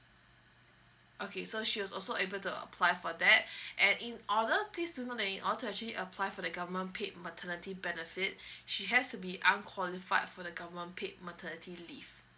okay so she was also able to apply for that and in order please do note that in order to actually apply for the government paid maternity benefits she has to be unqualified for the government paid maternity leave